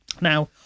now